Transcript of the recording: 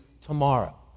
tomorrow